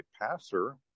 passer